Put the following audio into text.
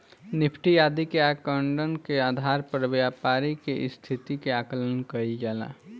Nifty आदि के आंकड़न के आधार पर व्यापारि के स्थिति के आकलन कईल जाला